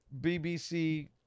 BBC